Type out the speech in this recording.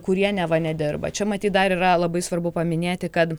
kurie neva nedirba čia matyt dar yra labai svarbu paminėti kad